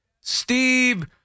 Steve